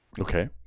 Okay